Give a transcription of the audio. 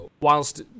whilst